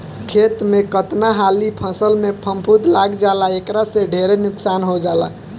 खेत में कतना हाली फसल में फफूंद लाग जाला एकरा से ढेरे नुकसान हो जाला